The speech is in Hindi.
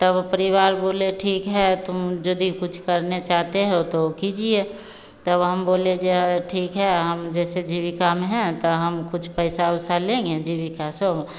तब परिवार बोले ठीक है तुम यदि कुछ करना चाहती हो तो कीजिए तब हम बोले जो ठीक है हम जैसे जीविका में हैं तो हम कुछ पैसा उसा लेंगे जीविका से